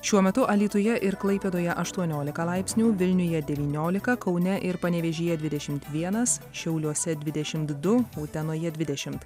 šiuo metu alytuje ir klaipėdoje aštuoniolika laipsnių vilniuje devyniolika kaune ir panevėžyje dvidešimt vienas šiauliuose dvidešimt du utenoje dvidešimt